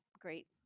great